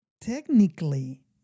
technically